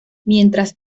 mientras